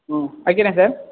ஆ வைக்கிறேன் சார்